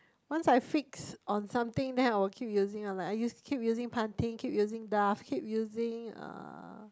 once I fixed on something then I will keep using ah like I use keep using Pantene keep using Dove keep using uh